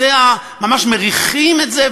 ממש מריחים את זה,